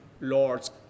Lord's